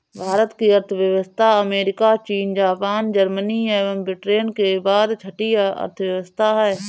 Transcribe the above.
भारत की अर्थव्यवस्था अमेरिका, चीन, जापान, जर्मनी एवं ब्रिटेन के बाद छठी अर्थव्यवस्था है